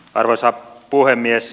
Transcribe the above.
arvoisa puhemies